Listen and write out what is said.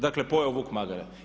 Dakle, pojeo vuk magare.